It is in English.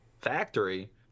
factory